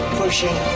pushing